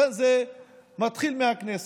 לכן זה מתחיל מהכנסת,